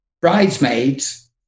bridesmaids